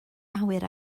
awyr